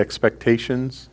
expectations